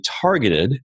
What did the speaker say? targeted